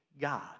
God